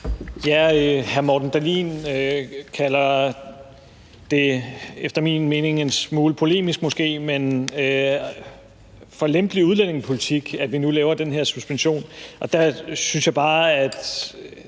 (S): Hr. Morten Dahlin kalder det – efter min mening en smule polemisk måske – for en lempelig udlændingepolitik, at vi nu laver den her suspension. Der synes jeg bare, at